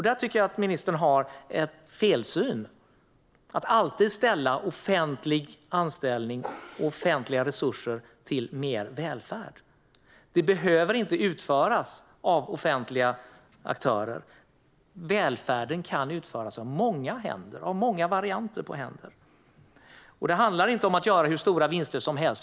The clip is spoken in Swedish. Jag tycker att ministern har en felsyn när han alltid jämför offentlig anställning och offentliga resurser med mer välfärd. Den behöver inte utföras av offentliga aktörer. Välfärden kan utföras av många händer och av många varianter av händer. Det handlar inte om att göra hur stora vinster som helst.